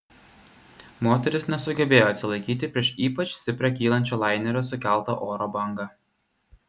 moteris nesugebėjo atsilaikyti prieš ypač stiprią kylančio lainerio sukeltą oro bangą